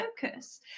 focus